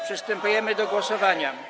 Przystępujemy do głosowania.